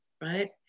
right